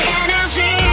energy